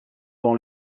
dans